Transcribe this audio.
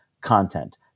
content